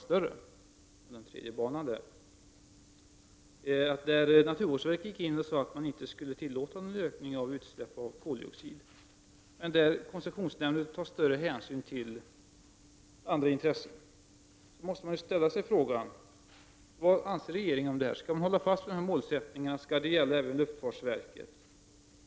När det gäller Arlanda gick naturvårdsverket in och sade att man inte skulle tillåta någon ökning av koldioxidutsläppen, medan koncessionsnämnden tar större hänsyn till andra intressen. När det kommer upp ett så stort ärende som Landvetter måste man ställa frågan: Vad anser regeringen om detta? Skall man hålla fast vid detta mål och skall det gälla även luftfartsverket?